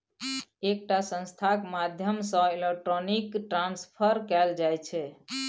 एकटा संस्थाक माध्यमसँ इलेक्ट्रॉनिक ट्रांसफर कएल जाइ छै